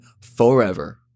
forever